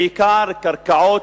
בעיקר קרקעות,